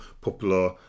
popular